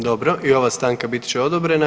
Dobro i ova stanka bit će odobrena.